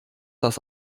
das